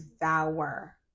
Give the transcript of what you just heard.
devour